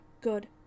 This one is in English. Good